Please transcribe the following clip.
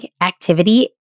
activity